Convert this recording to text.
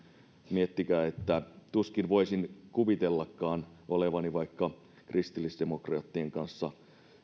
miettikää tuskin voisin kuvitellakaan olevani vaikka kristillisdemokraattien kanssa